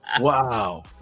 wow